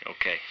Okay